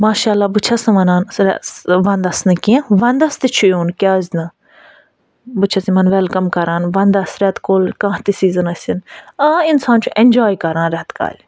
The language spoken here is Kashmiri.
ماشاء اللہ بہٕ چھَس نہٕ وَنان سٔہ وَنٛدَس نہٕ کیٚنہہ وَنٛدَس تہِ چھُ یُن کیٛازِنہٕ بہٕ چھَس یِمَن وٮ۪لکَم کران وَنٛدَس رٮ۪تہٕ کول کانٛہہ تہِ سیٖزَن ٲسِن آ اِنسان چھُ اٮ۪نجاے کران رٮ۪تہٕ کالہِ